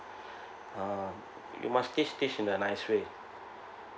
uh you must teach teach in a nice way